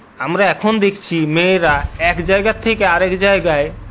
আমরা এখন দেখছি মেয়েরা এক জায়গা থেকে আর এক জায়গায়